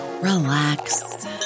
relax